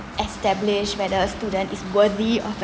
establish whether a student is worthy of a